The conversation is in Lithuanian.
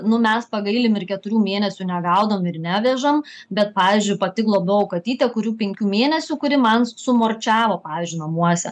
nu mes pagailim ir keturių mėnesių negaudom ir nevežam bet pavyzdžiui pati globojau katytę penkių mėnesių kuri man sumorčiavo pavyzdžiui namuose